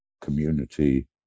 community